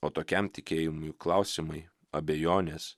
o tokiam tikėjimui klausimai abejonės